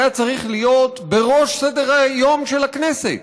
היה צריך להיות בראש סדר-היום של הכנסת.